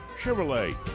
Chevrolet